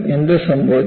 എന്ത് സംഭവിക്കും